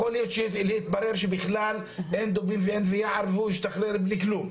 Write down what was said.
יכול להיות שיתברר שבכלל אין דובים ואין יער והוא ישתחרר בלי כלום.